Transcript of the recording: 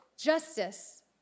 justice